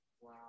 Wow